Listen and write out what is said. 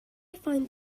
find